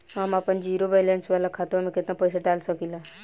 हम आपन zero balance वाला खाता मे केतना पईसा डाल सकेला?